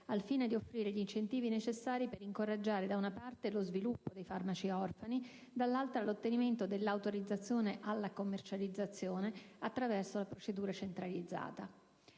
al fine di offrire gli incentivi necessari per incoraggiare da una parte lo sviluppo dei farmaci orfani, dall'altra l'ottenimento dell'autorizzazione alla commercializzazione attraverso una procedura centralizzata.